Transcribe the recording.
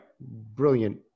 brilliant